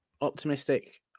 optimistic